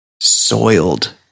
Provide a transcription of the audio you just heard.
soiled